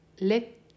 let